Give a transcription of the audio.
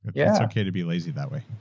yeah. it's okay to be lazy that way.